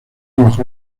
bajo